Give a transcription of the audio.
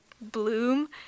bloom